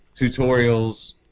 tutorials